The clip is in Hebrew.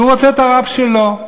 הוא רוצה את הרב שלו.